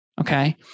Okay